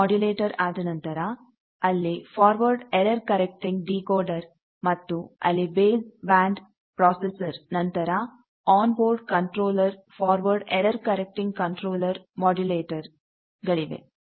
demodulator ಆದನಂತರ ಅಲ್ಲಿ forward error correcting decoder ಮತ್ತು ಅಲ್ಲಿ ಬೇಸ್ ಬ್ಯಾಂಡ್ ಪ್ರಾಸೆಸರ್ ನಂತರ on board controller forward error correcting controller ಮೊಡ್ಯುಲೆಟರ್ಗಳಿವೆ